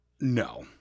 No